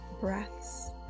breaths